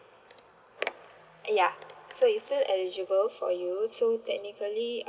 uh ya so it's still eligible for you so technically